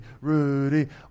Rudy